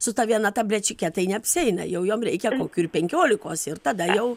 su ta viena tablečiuke tai neapsieina jau jom reikia kokių ir penkiolikos ir tada jau